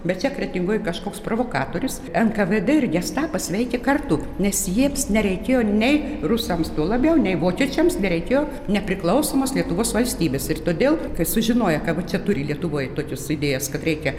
bet čia kretingoj kažkoks provokatorius nkvd ir gestapas veikė kartu nes jiems nereikėjo nei rusams tuo labiau nei vokiečiams nereikėjo nepriklausomos lietuvos valstybės ir todėl kai sužinojo kad čia turi lietuvoj tokius idėjas kad reikia